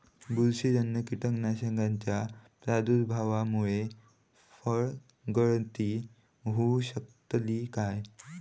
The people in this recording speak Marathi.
बुरशीजन्य कीटकाच्या प्रादुर्भावामूळे फळगळती होऊ शकतली काय?